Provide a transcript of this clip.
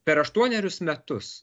per aštuonerius metus